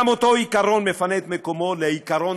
גם אותו עיקרון מפנה את מקומו לעקרון-העל,